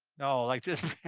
no, like this